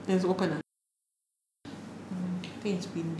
err it's open ah I think it's wind